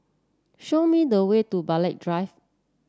show me the way to Burghley Drive